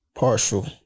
partial